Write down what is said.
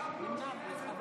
לנו תשובה?